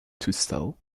toestel